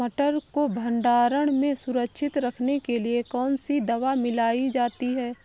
मटर को भंडारण में सुरक्षित रखने के लिए कौन सी दवा मिलाई जाती है?